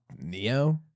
Neo